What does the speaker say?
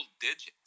digits